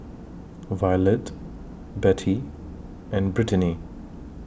Violette Bette and Brittanie